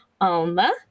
Alma